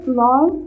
long